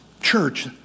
Church